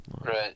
Right